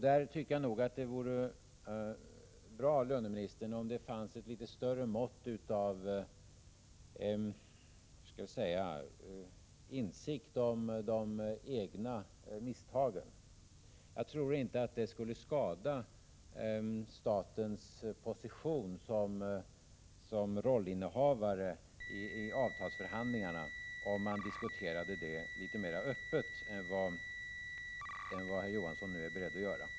Där tycker jag nog att det vore bra, löneministern, om det fanns ett litet större mått av insikt om de egna misstagen. Jag tror inte att det skulle skada statens position som rollinnehavare i avtalsförhandlingarna om man diskuterade den frågan litet mer öppet än vad herr Johansson nu är beredd att göra.